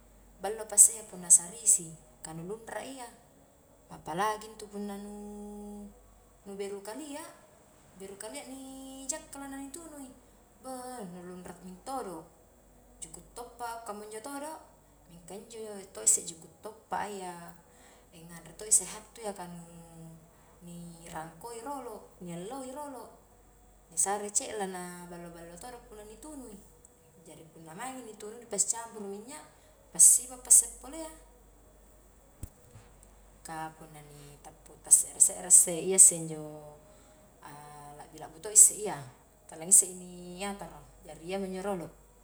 Ballopa isse iya punna sarisi kanu lunra iya, apalagi intu punna nu nu beru kalia, beru kalia ni jakkala na ni tunui, bei nu lunra' mintodo', juku toppa kamunjo todo', mingka injo to isse juku toppa a iyya, nganre to isse hattu ya kanu ni rangkoi rolo, ni alloi rolo, ni sare ce'la na ballo-ballo todo punna ni tunu i jari punna maingi ni tunu, ni pasicampuru minyak assipa pa isse polea ka punna ni tappu ta se're-se're isse iya isse injo a la'bi labbu to isse iya, tala ngissei ni atoro, jari iya monjo rolo.